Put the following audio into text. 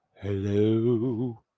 Hello